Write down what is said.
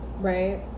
right